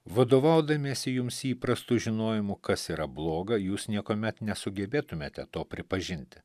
vadovaudamiesi jums įprastu žinojimu kas yra bloga jūs niekuomet nesugebėtumėte to pripažinti